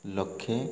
ଲକ୍ଷେ